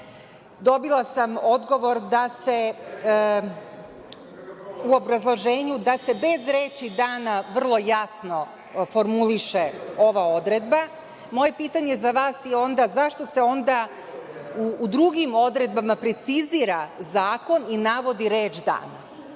sam odgovor u obrazloženju da se bez reči „dana“ vrlo jasno formuliše ova odredba. Moje pitanje za vas je onda – zašto se onda u drugim odredbama precizira zakon i navodi reč „dana“?